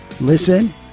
Listen